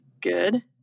Good